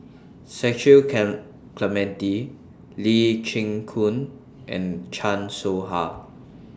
Cecil Can Clementi Lee Chin Koon and Chan Soh Ha